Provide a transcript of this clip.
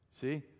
see